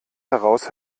heraus